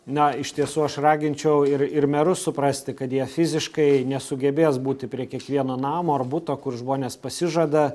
na iš tiesų aš raginčiau ir ir merus suprasti kad jie fiziškai nesugebės būti prie kiekvieno namo ar buto kur žmonės pasižada